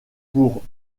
pour